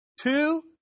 Two